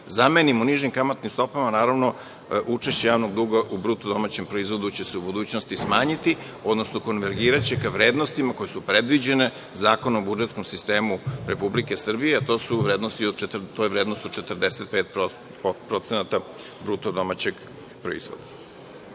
zamenimo nižim kamatnim stopama, naravno, učešće javnog duga u BDP će se u budućnosti smanjiti, odnosno konvergiraće vrednostima koje su predviđene Zakonom o budžetskom sistemu Republike Srbije, a to je vrednost od 45% BDP.Koliko